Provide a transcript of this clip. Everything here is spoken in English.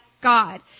God